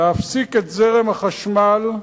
להפסיק את זרם החשמל,